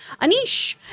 Anish